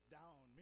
down